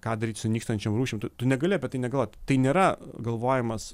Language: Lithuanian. ką daryt su nykstančiom rūšim tu tu negali apie tai negalvot tai nėra galvojimas